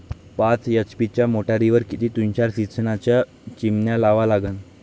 पाच एच.पी च्या मोटारीवर किती तुषार सिंचनाच्या किती चिमन्या लावा लागन?